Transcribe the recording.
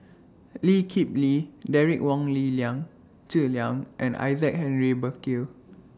Lee Kip Lee Derek Wong Lee Liang Zi Liang and Isaac Henry Burkill